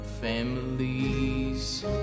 families